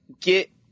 get